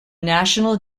national